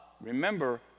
remember